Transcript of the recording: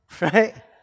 right